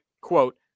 quote